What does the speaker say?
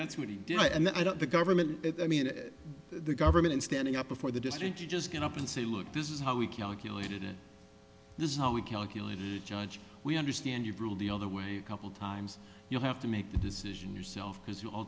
that's what he did and that the government i mean the government standing up before the distant you just get up and say look this is how we calculated it this is how we calculated judge we understand you've ruled the other way a couple of times you have to make the decision yourself because you